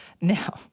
Now